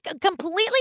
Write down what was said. completely